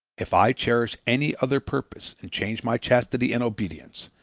if i cherish any other purpose and change my chastity and obedience,